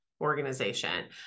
organization